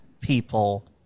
people